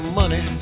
money